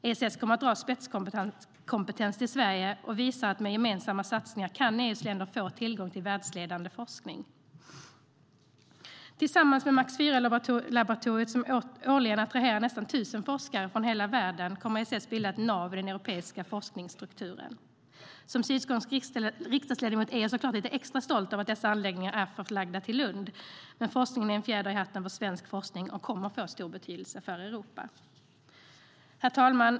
ESS kommer att dra spetskompetens till Sverige och visar att med gemensamma satsningar kan EU:s länder få tillgång till världsledande forskning. Herr talman!